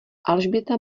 alžběta